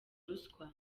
ruswa